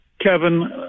Kevin